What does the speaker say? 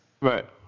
Right